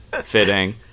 fitting